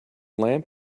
lamp